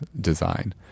design